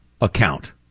account